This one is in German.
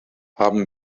haben